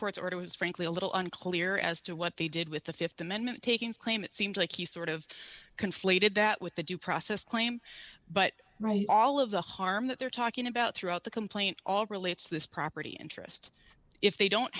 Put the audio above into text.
court's order was frankly a little unclear as to what they did with the th amendment takings claim it seems like you sort of conflated that with the due process claim but all of the harm that they're talking about throughout the complaint all relates this property interest if they don't